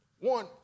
one